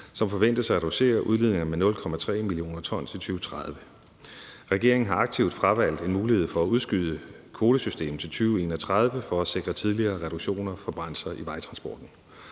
som forventes at reducere udledningerne med 0,3 mio. t i 2030. Regeringen har aktivt fravalgt en mulighed for at udskyde kvotesystemet til 2031 for at sikre tidligere reduktioner for brændsler i vejtransporten.